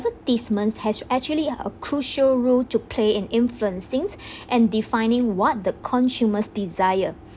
advertisements has actually a crucial role to play in influencing and defining what the consumers desire